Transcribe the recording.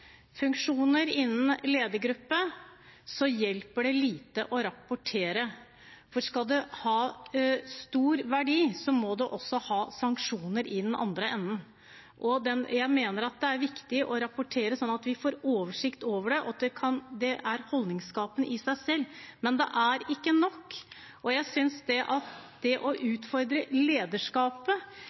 funksjoner innen ledergruppe, hjelper det lite å rapportere. For skal det ha stor verdi, må man også ha sanksjoner i den andre enden. Jeg mener det er viktig å rapportere, sånn at vi får oversikt over det. Det er holdningsskapende i seg selv. Men det er ikke nok. Man må utfordre lederskapet – enten det gjelder NHO, næringsforeninger, kommuner eller stat. Det